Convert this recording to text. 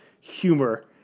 humor